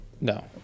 No